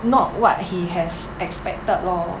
not what he has expected lor